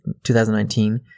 2019